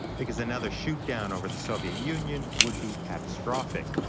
because another shoot-down over the soviet union would be catastrophic.